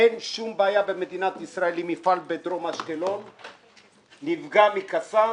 אין שום בעיה במדינת ישראל עם מפעל בדרום אשקלון נפגע מקאסם,